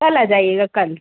कल आ जाइएगा कल